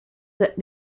that